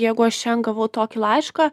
jeigu aš šen gavau tokį laišką